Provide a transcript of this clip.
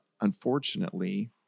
unfortunately